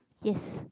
yes